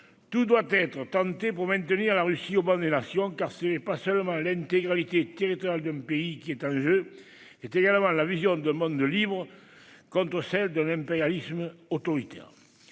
tout doit être tenté pour maintenir la Russie au ban des nations, car ce n'est pas seulement l'intégrité territoriale d'un pays qui est en jeu, c'est également la vision d'un monde libre contre celle d'un impérialisme autoritaire.